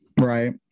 Right